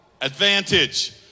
advantage